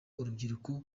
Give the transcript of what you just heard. urubyiruko